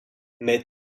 mais